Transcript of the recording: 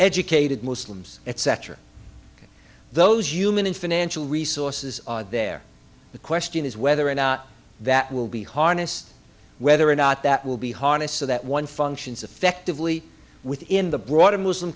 educated muslims etc those human and financial resources there the question is whether or not that will be harnessed whether or not that will be harnessed so that one functions effectively within the broader muslim